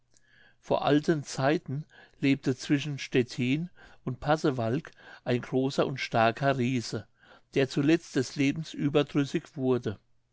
vor alten zeiten lebte zwischen stettin und pasewalk ein großer und starker riese der zuletzt des lebens überdrüßig wurde